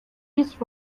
this